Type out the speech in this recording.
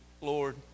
Lord